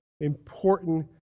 important